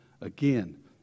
Again